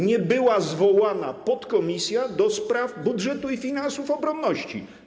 Nie była zwołana podkomisja do spraw budżetu i finansów obronności.